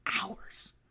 hours